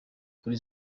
kuri